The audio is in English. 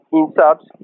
insert